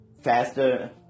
faster